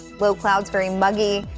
low clouds very muggy.